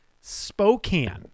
Spokane